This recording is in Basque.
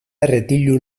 erretilu